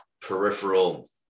peripheral